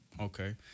okay